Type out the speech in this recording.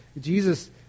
Jesus